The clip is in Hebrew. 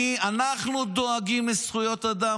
אנחנו דואגים לזכויות אדם.